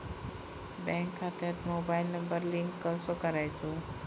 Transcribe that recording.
Bank खात्यात mobile number link कसो करायचो?